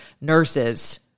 nurses